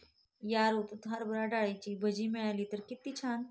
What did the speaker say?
या ऋतूत हरभरा डाळीची भजी मिळाली तर कित्ती छान